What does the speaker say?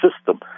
system